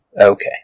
Okay